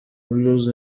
blues